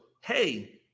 hey